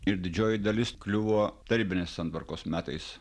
ir didžioji dalis kliuvo tarybinės santvarkos metais